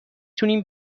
تونیم